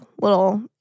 little